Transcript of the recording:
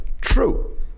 true